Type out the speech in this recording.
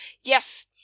Yes